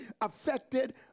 affected